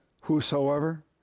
whosoever